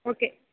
okay